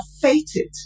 fated